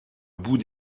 bout